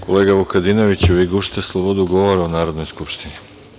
Kolega Vukadinoviću, vi gušite slobodu govora u Narodnoj skupštini.